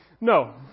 No